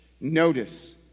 Notice